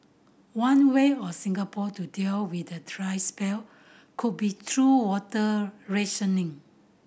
one way of Singapore to deal with the dry spell could be through water rationing